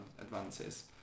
advances